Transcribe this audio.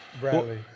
Bradley